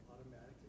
automatically